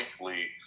likely